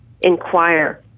inquire